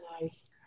nice